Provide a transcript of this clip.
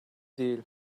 değil